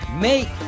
Make